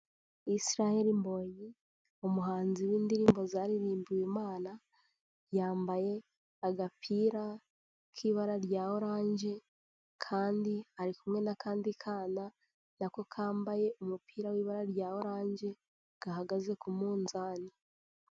Israel Mbonyi umuhanzi w'indirimbo zaririmbiwe Imana, yambaye agapira k'ibara rya oranje kandi ari kumwe n'akandi kana na ko kambaye umupira w'ibara rya oranje gahagaze ku munzani.